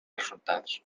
resultats